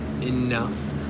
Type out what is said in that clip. enough